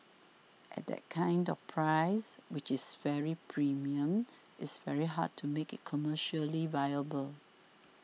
at that kind of price which is very premium it's very hard to make it commercially viable